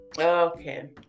Okay